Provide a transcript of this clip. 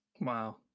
Wow